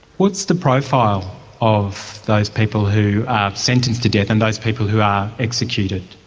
what's the profile of those people who are sentenced to death and those people who are executed?